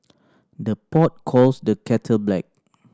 the pot calls the kettle black